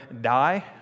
die